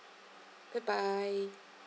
goodbye